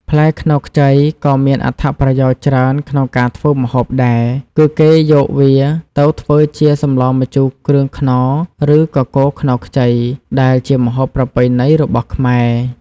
ផ្លែខ្នុរខ្ចីក៏មានប្រយោជន៍ច្រើនក្នុងការធ្វើម្ហូបដែរ គឺគេអាចយកវាទៅធ្វើជា សម្លម្ជូរគ្រឿងខ្នុរ ឬ កកូរខ្នុរខ្ចី ដែលជាម្ហូបប្រពៃណីរបស់ខ្មែរ។